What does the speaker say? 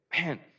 man